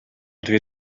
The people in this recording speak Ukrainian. дві